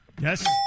Yes